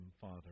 Father